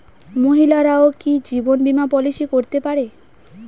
মহিলারাও কি জীবন বীমা পলিসি করতে পারে?